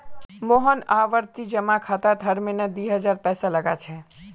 मोहन आवर्ती जमा खातात हर महीना दी हजार पैसा लगा छे